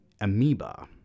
amoeba